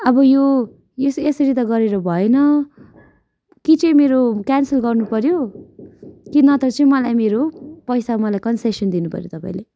अब यो यस यसरी त गरेर भएन कि चाहिँ मेरो क्यानसल गर्नुपऱ्यो कि नत्र चाहिँ मलाई मेरो पैसा मलाई कन्सेसन दिनुपऱ्यो तपाईँले